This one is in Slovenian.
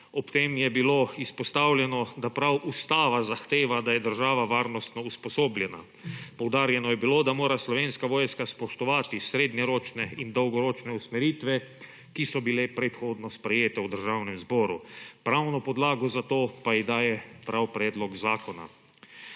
Ob tem je bilo izpostavljeno, da prav ustava zahteva, da je država varnostno usposobljena. Poudarjeno je bilo, da mora Slovenska vojska spoštovati srednjeročne in dolgoročne usmeritve, ki so bile predhodno sprejete v Državnem zboru, pravno podlago za to pa ji daje prav predlog zakona.